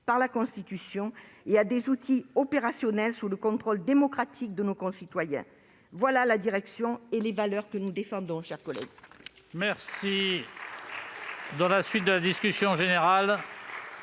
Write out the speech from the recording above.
par la Constitution et à des outils opérationnels sous le contrôle démocratique de nos concitoyens. Voilà la direction et les valeurs que nous défendons. La parole est